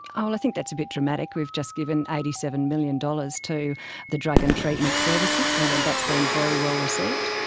ah i think that's a bit dramatic, we've just given eighty seven million dollars to the drug and treatment services, um and that's been very well received.